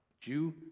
Jew